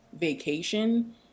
vacation